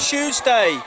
Tuesday